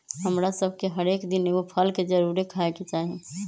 हमरा सभके हरेक दिन एगो फल के जरुरे खाय के चाही